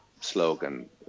slogan